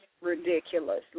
ridiculous